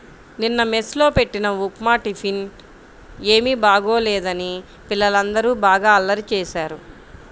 నిన్న మెస్ లో బెట్టిన ఉప్మా టిఫిన్ ఏమీ బాగోలేదని పిల్లలందరూ బాగా అల్లరి చేశారు